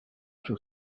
plus